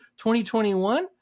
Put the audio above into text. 2021